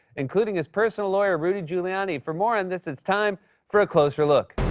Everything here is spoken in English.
including his personal lawyer, rudy giuliani. for more on this, it's time for a closer look.